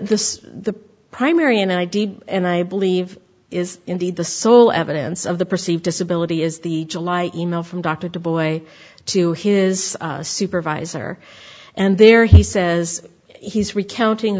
people the primary and i did and i believe is indeed the sole evidence of the perceived disability is the july email from dr de boy to his supervisor and there he says he's recounting